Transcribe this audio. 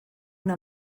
una